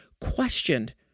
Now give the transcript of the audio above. questioned